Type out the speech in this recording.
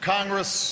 Congress